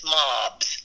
mobs